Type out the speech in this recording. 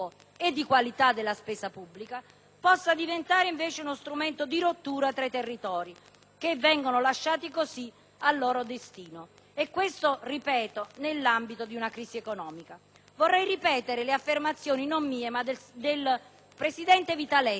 possa diventare uno strumento di rottura tra i territori che vengono così lasciati al loro destino, soprattutto nell'ambito di una crisi economica. Vorrei ripetere le affermazioni del presidente Vitaletti, che ha presieduto l'Alta commissione